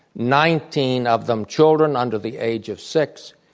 nineteen of them children under the age of six.